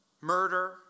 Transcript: murder